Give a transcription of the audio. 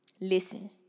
listen